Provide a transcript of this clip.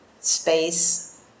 space